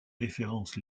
références